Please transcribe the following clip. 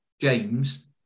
James